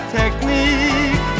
technique